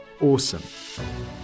awesome